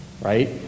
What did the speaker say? right